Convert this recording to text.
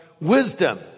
wisdom